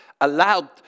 allowed